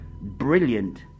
brilliant